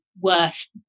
Worth